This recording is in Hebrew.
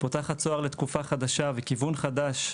את פותחת צוהר לתקופה חדשה וכיוון חדש,